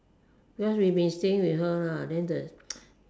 because we been staying with her then the